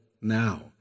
now